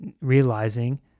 realizing